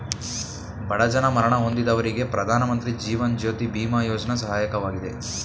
ಬಡ ಜನ ಮರಣ ಹೊಂದಿದವರಿಗೆ ಪ್ರಧಾನಮಂತ್ರಿ ಜೀವನ್ ಜ್ಯೋತಿ ಬಿಮಾ ಯೋಜ್ನ ಸಹಾಯಕವಾಗಿದೆ